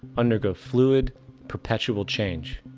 undergo fluid perpetual change.